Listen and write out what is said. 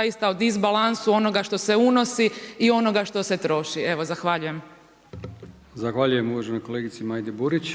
zaista o disbalansu onoga što se unosi i onoga što se troši. Evo zahvaljujem. **Brkić, Milijan (HDZ)** Zahvaljujem uvaženoj kolegici Majdi Burić.